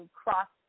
cross